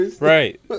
Right